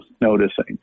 noticing